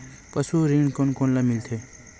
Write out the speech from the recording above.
पशु ऋण कोन कोन ल मिल सकथे?